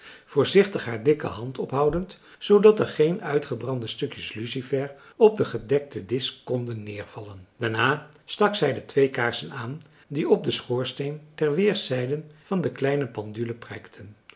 voorzichtig haar dikke hand ophoudend zoodat er geen uitgebrande stukjes lucifer op den gedekten disch konden neervallen daarna stak zij de twee kaarsen aan die op den schoorsteen ter weerszijden van de kleine pendule prijkten